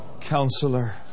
Counselor